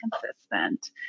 consistent